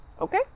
Okay